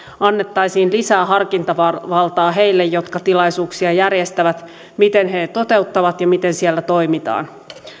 annettaisiin lisää harkintavaltaa heille jotka tilaisuuksia järjestävät miten he toteuttavat ja miten siellä toimitaan